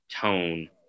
tone